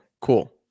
cool